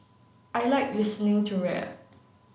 I like listening to rap